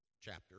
chapter